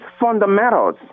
fundamentals